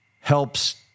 helps